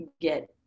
get